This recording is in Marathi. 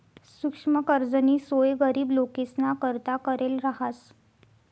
सुक्ष्म कर्जनी सोय गरीब लोकेसना करता करेल रहास